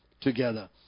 together